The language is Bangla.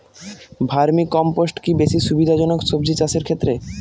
ভার্মি কম্পোষ্ট কি বেশী সুবিধা জনক সবজি চাষের ক্ষেত্রে?